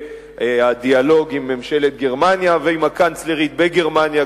הדיאלוג עם ממשלת גרמניה ועם הקנצלרית בגרמניה,